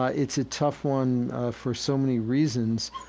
ah it's a tough one for so many reasons.